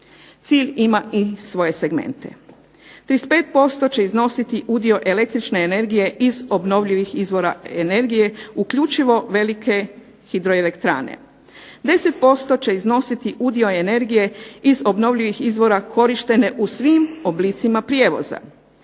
Cilj ima i svoje segmente. 35% će iznositi udio električne energije iz obnovljivih izvora energije uključivo velike hidroelektrane. 10% će iznositi udio energije iz obnovljivih izvora korištene u svim oblicima prijevoza.